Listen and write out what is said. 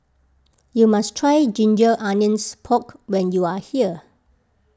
you must try Ginger Onions Pork when you are here